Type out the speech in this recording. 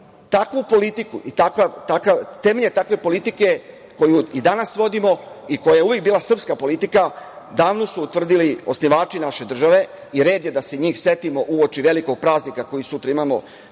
politiku i temelje takve politike koju i danas vodimo i koja je uvek bila srpska politika davnu su utvrdili osnivači naše države i red je da se njih setimo uoči velikog praznika koji sutra imamo,